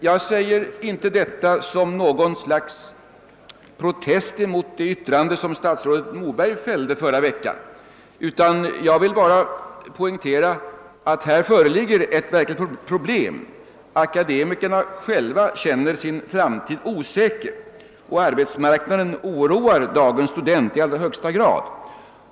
Jag säger inte detta som något slags protest mot de yttranden som statsrådet Moberg fällde förra veckan; jag vill bara poängtera att här föreligger ett verkligt problem. Akademikerna själva känner det som om deras framtid är osäker och arbetsmarknaden oroar dagens student i allra högsta grad.